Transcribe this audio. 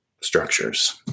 structures